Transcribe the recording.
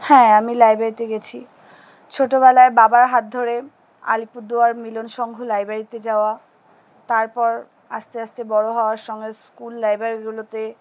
হ্যাঁ আমি লাইব্রেরিতে গেছি ছোটোবেলায় বাবার হাত ধরে আলিপুরদুয়ার মিলন সংঙ্ঘ লাইব্রেরিতে যাওয়া তারপর আস্তে আস্তে বড়ো হওয়ার সঙ্গে স্কুল লাইব্রেরিগুলোতে